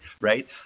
right